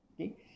okay